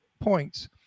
Points